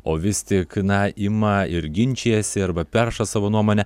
o vis tik na ima ir ginčijasi arba perša savo nuomonę